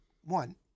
one